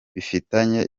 bifitanye